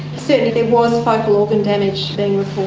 certainly there was focal organ damage